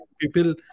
people